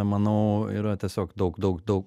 manau yra tiesiog daug daug daug